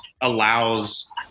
allows